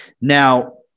Now